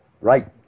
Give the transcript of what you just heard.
Right